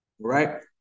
Right